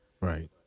Right